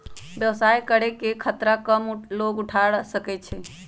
व्यवसाय करे के खतरा कम लोग उठा सकै छै